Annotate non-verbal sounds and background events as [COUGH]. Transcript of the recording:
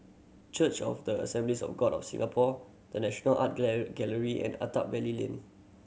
Church of the Assemblies of God of Singapore The National Art [UNINTELLIGIBLE] Gallery and Attap Valley Lane